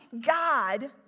God